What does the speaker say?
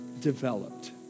developed